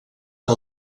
que